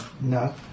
No